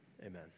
amen